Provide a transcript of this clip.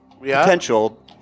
potential